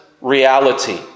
reality